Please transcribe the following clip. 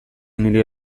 nire